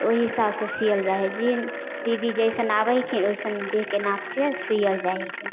ओहि हिसाबसँ सिअल जाइ हइ जे दीदी जइसन आबै छथिन ओहिसन देहके नापसँ सिअल जाइ हिकै